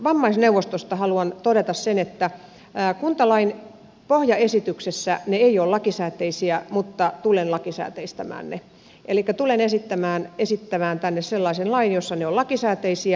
vammaisneuvostosta haluan todeta sen että kuntalain pohjaesityksessä ne eivät ole lakisääteisiä mutta tulen lakisääteistämään ne elikkä tulen esittämään tänne sellaisen lain jossa ne ovat lakisääteisiä